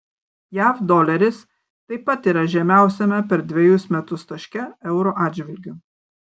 jav doleris taip pat yra žemiausiame per dvejus metus taške euro atžvilgiu